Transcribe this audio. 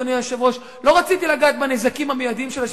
אדוני היושב-ראש - לא רציתי לגעת בנזקים המיידיים של השביתה,